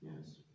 Yes